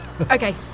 Okay